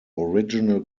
original